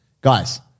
Guys